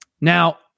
now